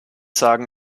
sagen